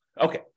Okay